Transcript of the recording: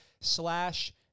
slash